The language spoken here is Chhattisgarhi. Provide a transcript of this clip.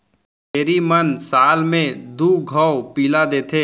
छेरी मन साल म दू घौं पिला देथे